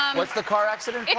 um what's the car accident